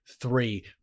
three